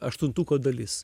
aštuntuko dalis